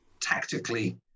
tactically